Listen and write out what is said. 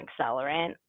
accelerant